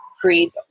create